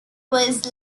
was